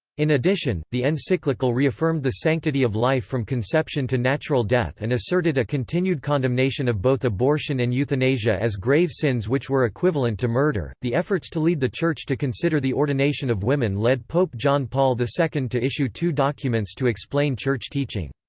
in addition, the encyclical reaffirmed the sanctity of life from conception to natural death and asserted a continued condemnation of both abortion and euthanasia as grave sins which were equivalent to murder the efforts to lead the church to consider the ordination of women led pope john paul ii to issue two documents to explain church teaching.